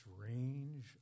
strange